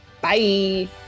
Bye